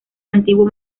antiguo